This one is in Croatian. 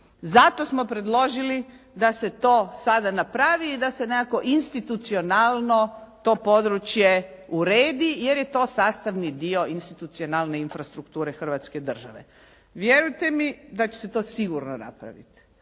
Zato smo predložili da se to sada napravi i da se nekako institucionalno to područje uredi jer je to sastavni dio institucionalne infrastrukture Hrvatske države. Vjerujte mi da će se to sigurno napraviti.